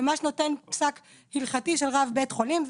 ממש נותן פסק הלכתי של רב בית חולים.